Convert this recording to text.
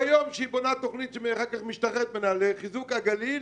ביום שהיא בונה תכנית שאחר כך היא משתחררת ממנה לחיזוק הגליל,